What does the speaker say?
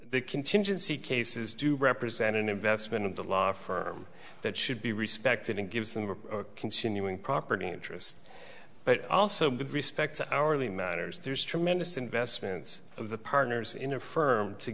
the contingency cases do represent an investment in the law firm that should be respected and gives and we're continuing property interest but also good respects hourly matters there's tremendous investments of the partners in a firm to